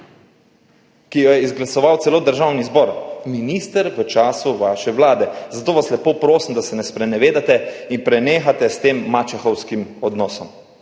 ki jo je izglasoval celo Državni zbor? Minister v času vaše vlade. Zato vas lepo prosim, da se ne sprenevedate in da prenehate s tem mačehovskim odnosom.